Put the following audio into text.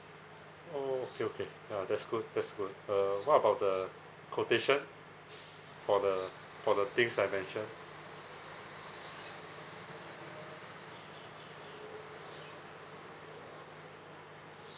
oh okay okay uh that's good that's good uh what about the quotation for the for the things I mentioned